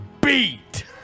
beat